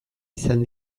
izan